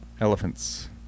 elephants